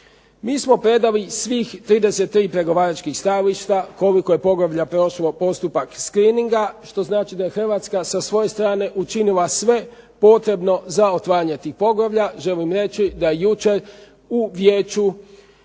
Mi smo predali svih 33 pregovaračkih stajališta koliko je poglavlja prošlo postupak screeninga, što znači da je Hrvatska sa svoje strane učinila sve potrebno za otvaranje tih poglavlja, želim reći da jučer u Vijeću